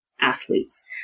athletes